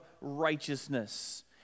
righteousness